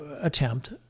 attempt